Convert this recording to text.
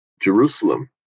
Jerusalem